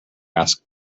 ask